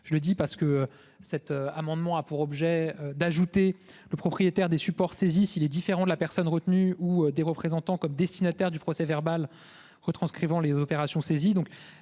Je le dis parce que. Cet amendement a pour objet d'ajouter le propriétaire des supports saisissent il est différent de la personne retenue ou des représentants comme destinataire du procès-verbal retranscrivant les opérations saisit